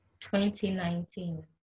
2019